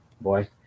Boy